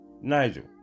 Nigel